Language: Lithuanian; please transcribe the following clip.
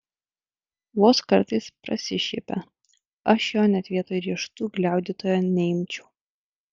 vos kartais prasišiepia aš jo net vietoj riešutų gliaudytojo neimčiau